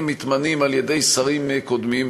והם מתמנים על-ידי שרים קודמים,